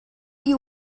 you